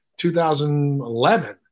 2011